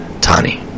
Tani